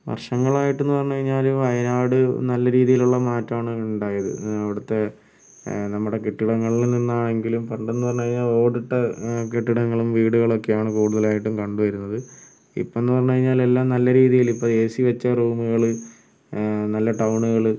വർഷങ്ങളായിട്ട് എന്ന് പറഞ്ഞുകഴിഞ്ഞാല് വയനാട് നല്ല രീതിയിലുള്ള മാറ്റമാണുണ്ടായത് അവിടുത്തെ നമ്മുടെ കെട്ടിടങ്ങളിൽ നിന്നാണെങ്കിലും പണ്ട് എന്ന് പറഞ്ഞുകഴിഞ്ഞാൽ ഓടിട്ട കെട്ടിടങ്ങളും വീടുകളുമൊക്കെയാണ് കൂടുതലായിട്ടും കണ്ടുവരുന്നത് ഇപ്പം എന്ന് പറഞ്ഞുകഴിഞ്ഞാല് എല്ലാം നല്ല രീതിയില് ഇപ്പോൾ എ സി വെച്ച റൂമുകള് നല്ല ടൗണുകള്